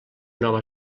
nova